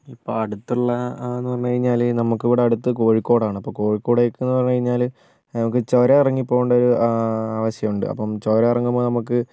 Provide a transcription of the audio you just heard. ഇപ്പോൾ അടുത്തുള്ള ആന്ന് പറഞ്ഞുകഴിഞ്ഞാൽ നമുക്ക് ഇവിടെ അടുത്ത് കോഴിക്കോടാണ് അപ്പോൾ കോഴിക്കോടെക്കെന്ന് പറഞ്ഞ്കഴിഞ്ഞാൽ നമുക്ക് ചുരം ഇറങ്ങിപോകേണ്ടൊരു ആവശ്യമുണ്ട് അപ്പം ചുരം ഇറങ്ങുമ്പോൾ നമുക്ക്